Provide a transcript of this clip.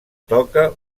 toca